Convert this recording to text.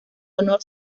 honor